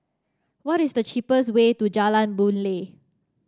what is the cheapest way to Jalan Boon Lay